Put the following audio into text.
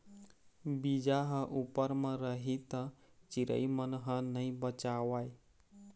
बीजा ह उप्पर म रही त चिरई मन ह नइ बचावय